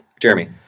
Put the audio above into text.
Jeremy